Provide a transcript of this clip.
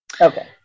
Okay